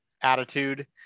attitude